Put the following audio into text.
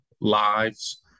lives